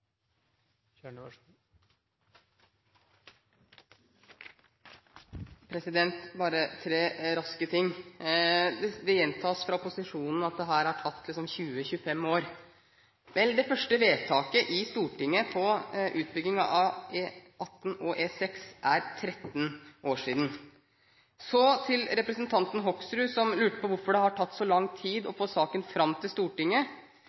uten bil. Så uansett ender regningen på bilistene, det er bare et spørsmål om hvilken faktura man skal skrive den ut på. Bare tre raske ting: Det gjentas fra opposisjonen at dette har tatt 20–25 år. Vel, det første vedtaket i Stortinget om utbygging av E18 og E6 ble gjort for 13 år siden. Så til representanten Hoksrud, som lurte på hvorfor det har tatt så